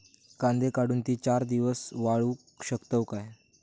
कांदो काढुन ती चार दिवस वाळऊ शकतव काय?